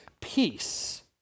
peace